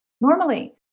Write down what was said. normally